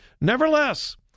Nevertheless